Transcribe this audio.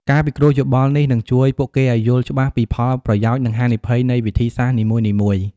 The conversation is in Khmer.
ការពិគ្រោះយោបល់នេះនឹងជួយពួកគេឲ្យយល់ច្បាស់ពីផលប្រយោជន៍ និងហានិភ័យនៃវិធីសាស្ត្រនីមួយៗ។